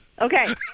Okay